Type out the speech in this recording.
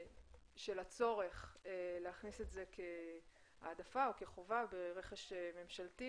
הצורך להכניס את זה כהעדפה או כחובה ברכש ממשלתי.